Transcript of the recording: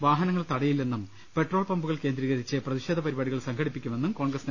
വാഹനങ്ങൾ തടയില്ലെന്നും പെട്രോൾ പമ്പുകൾ കേന്ദ്രീകരിച്ച് പ്രതിഷേധ പരിപാടികൾ സംഘട്ടിപ്പിക്കുമെന്നും അവർ അറിയിച്ചു